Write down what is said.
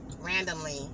randomly